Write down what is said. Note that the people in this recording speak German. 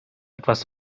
etwas